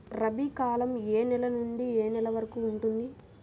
రబీ కాలం ఏ నెల నుండి ఏ నెల వరకు ఉంటుంది?